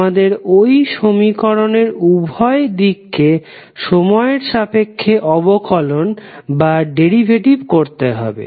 তোমাদের ওই সমীকরণের উভয় দিক কে সময়ের সাপেক্ষে অবকলন করতে হবে